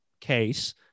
case